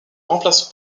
remplace